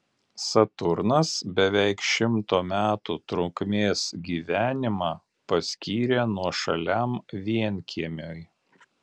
saturnas beveik šimto metų trukmės gyvenimą paskyrė nuošaliam vienkiemiui